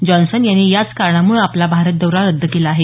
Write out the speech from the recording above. Johnson यांनी याच कारणामुळे आपला भारत दौरा रद्द केला आहे